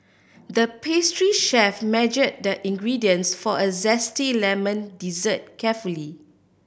the pastry chef measure the ingredients for a zesty lemon dessert carefully